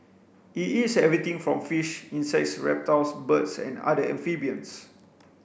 it eats everything from fish insects reptiles birds and other amphibians